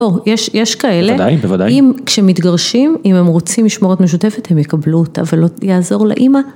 יש כאלה, אם כשמתגרשים אם הם רוצים משמורת משותפת הם יקבלו אותה ולא יעזור לאימא